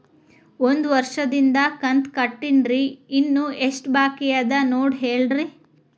ಒಂದು ವರ್ಷದಿಂದ ಕಂತ ಕಟ್ಟೇನ್ರಿ ಇನ್ನು ಎಷ್ಟ ಬಾಕಿ ಅದ ನೋಡಿ ಹೇಳ್ರಿ